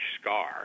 scar